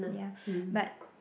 ya but